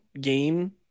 game